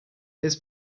his